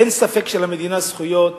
אין ספק שלמדינה זכויות